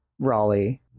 Raleigh